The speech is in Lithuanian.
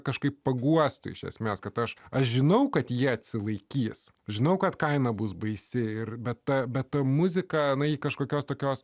kažkaip paguostų iš esmės kad aš aš žinau kad jie atsilaikys žinau kad kaina bus baisi ir beta bet ta muzika jinai kažkokios tokios